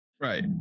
right